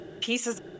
pieces